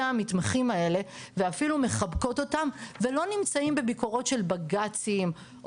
המתמחים האלה ואפילו 'מחבקות' אותם ולא נמצאים בביקורות של בג"צים,